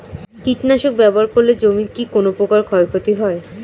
কীটনাশক ব্যাবহার করলে জমির কী কোন প্রকার ক্ষয় ক্ষতি হয়?